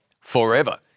Forever